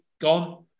gone